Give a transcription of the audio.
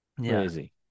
Crazy